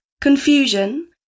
confusion